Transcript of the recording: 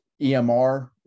EMR